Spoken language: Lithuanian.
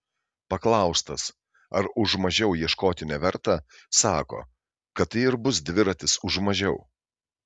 paklaustas ar už mažiau ieškoti neverta sako kad tai ir bus dviratis už mažiau